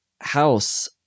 house